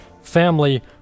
Family